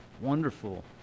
Wonderful